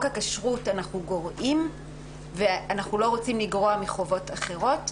הכשרות ואנחנו לא רוצים לגרוע מחובות אחרות?